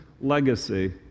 legacy